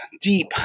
deep